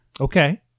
Okay